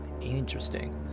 Interesting